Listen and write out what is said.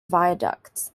viaducts